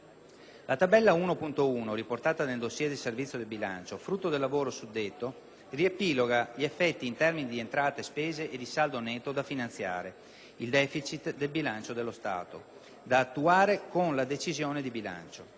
La tabella 1.1, riportata nel *dossier* del Servizio del bilancio, frutto del lavoro suddetto, riepiloga gli effetti in termini di entrate e spese e di saldo netto da finanziare (il deficit del bilancio dello Stato) da attuare con la decisione di bilancio.